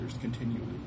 continually